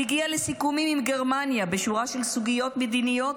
"הגיע לסיכומים עם גרמניה בשורה של סוגיות מדיניות,